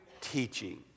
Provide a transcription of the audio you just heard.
teaching